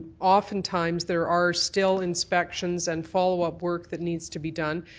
often times there are still inspections and follow-up work that needs to be done.